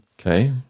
Okay